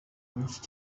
nyinshi